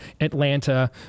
atlanta